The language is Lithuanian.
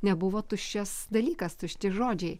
nebuvo tuščias dalykas tušti žodžiai